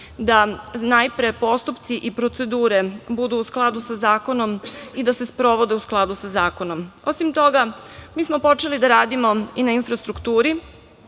da najpre postupci i procedure budu u skladu sa zakonom i da se sprovode u skladu sa zakonom. Osim toga, počeli smo da radimo i na infrastrukturi,